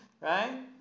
right